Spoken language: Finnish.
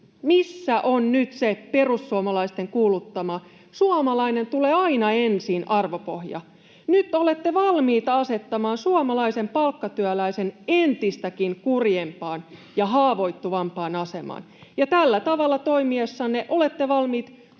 ”Missä on nyt se perussuomalaisten kuuluttama ’suomalainen tulee aina ensin’ -arvopohja? Nyt olette valmiita asettamaan suomalaisen palkkatyöläisen entistäkin kurjempaan ja haavoittuvampaan asemaan. Ja tällä tavalla toimiessanne olette valmiit tuhoamaan